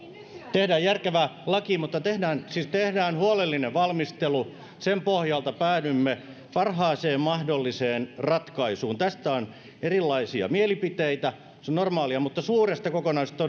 tehdään järkevä laki siis tehdään huolellinen valmistelu ja sen pohjalta päädymme parhaaseen mahdolliseen ratkaisuun tästä on erilaisia mielipiteitä ja se on normaalia mutta suuresta kokonaisuudesta olemme